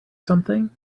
something